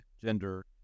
gender